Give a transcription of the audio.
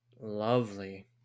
Lovely